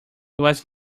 was